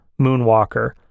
Moonwalker